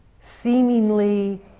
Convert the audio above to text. seemingly